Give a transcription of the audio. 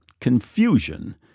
confusion